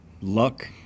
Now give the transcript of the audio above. Luck